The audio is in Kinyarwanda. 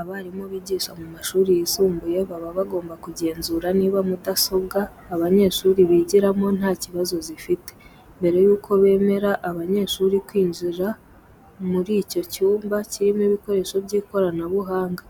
Abarimu bigisha mu mashuri yisumbuye baba bagomba kugenzura niba mudasobwa abanyeshuri bigiramo nta kibazo zifite, mbere yuko bemerera abanyeshuri kwinjira muri icyo cyumba kirimo ibikoresho by'ikoranabuhanga.